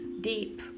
deep